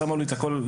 שמו לי את הכול.